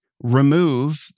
remove